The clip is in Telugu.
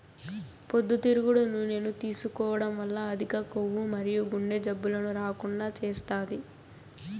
పొద్దుతిరుగుడు నూనెను తీసుకోవడం వల్ల అధిక కొవ్వు మరియు గుండె జబ్బులను రాకుండా చేస్తాది